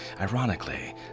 ironically